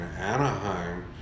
Anaheim